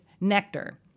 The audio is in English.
nectar